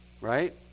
right